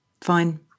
fine